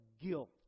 guilt